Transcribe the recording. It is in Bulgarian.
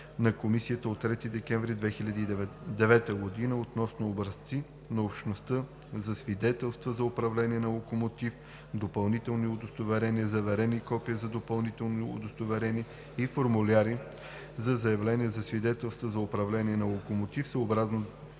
на Комисията от 3 декември 2009 г. относно образци на Общността за свидетелства за управление на локомотив, допълнителни удостоверения, заверени копия на допълнителните удостоверения и формуляри за заявления за свидетелства за управление на локомотив съобразно